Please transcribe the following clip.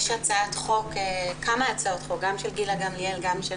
יש כמה הצעות חוק גם של גילה גמליאל וגם של